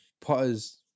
Potter's